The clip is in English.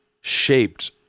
shaped